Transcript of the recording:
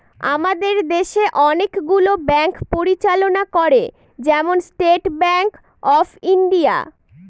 আমাদের দেশে অনেকগুলো ব্যাঙ্ক পরিচালনা করে, যেমন স্টেট ব্যাঙ্ক অফ ইন্ডিয়া